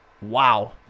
wow